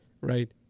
Right